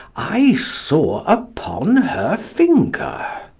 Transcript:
i saw upon her finger.